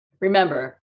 Remember